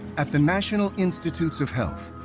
at the national institutes of health,